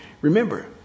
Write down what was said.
remember